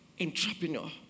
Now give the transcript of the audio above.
entrepreneur